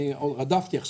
אני רדפתי,